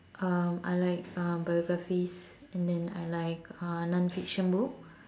um I like um biographies and then I like uh non fiction book